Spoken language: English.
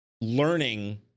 learning